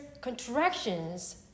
contractions